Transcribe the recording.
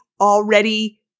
already